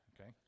Okay